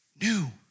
new